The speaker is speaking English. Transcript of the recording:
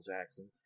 Jackson